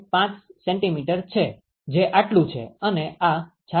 5 centimetre છે જે આટલું છે અને આ 66